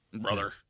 Brother